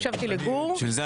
הקשבתי לגור בליי,